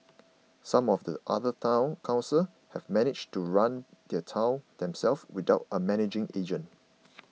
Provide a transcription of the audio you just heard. some of the other Town Councils have managed to run their towns themselves without a managing agent